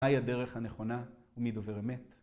מהי הדרך הנכונה ומי דובר אמת?